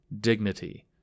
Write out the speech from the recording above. dignity